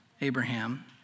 Abraham